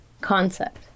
concept